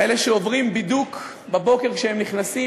כאלה שעוברים בידוק בבוקר כשהם נכנסים,